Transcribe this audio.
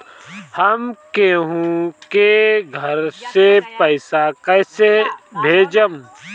हम केहु के घर से पैसा कैइसे भेजम?